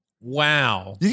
Wow